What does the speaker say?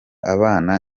abana